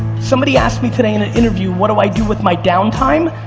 somebody asked me today, in an interview, what do i do with my downtime?